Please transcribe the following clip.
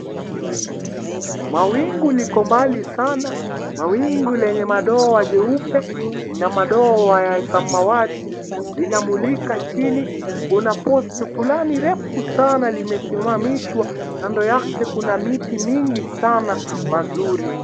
Mawingu niko mbali sana, mawingu lenye madoa nyeupe na madoa wa ya smawati linamulika chini, kuna post fulani refu sana limesimamishwa, kando yake kuna miti mingi sna mazuri.